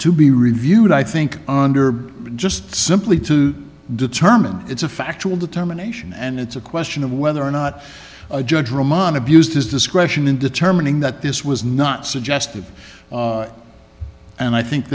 to be reviewed i think under just simply to determine it's a factual determination and it's a question of whether or not a judge ramana abused his discretion in determining that this was not suggestive and i think